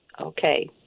Okay